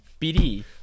bd